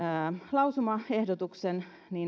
lausumaehdotuksen